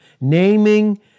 Naming